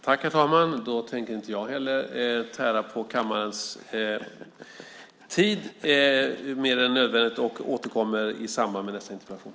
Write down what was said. Herr talman! Då tänker inte jag heller tära på kammarens tid mer än nödvändigt. Jag återkommer i samband med nästa interpellation.